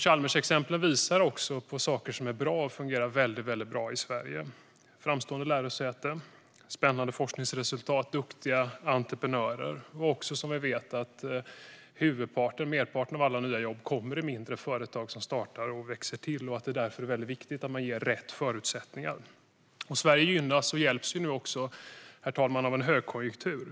Chalmersexemplen visar på saker som är bra och fungerar bra i Sverige: framstående lärosäten, spännande forskningsresultat och duktiga entreprenörer. Vi vet också att merparten av alla nya jobb kommer i mindre företag som startar och växer till. Det är därför viktigt att man ger rätt förutsättningar. Sverige gynnas och hjälps nu, herr talman, av en högkonjunktur.